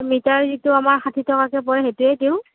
metre যিটো আমাৰ ষাঠি টকাকৈ পৰে সেইটোৱেই দিওঁ